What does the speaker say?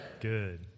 Good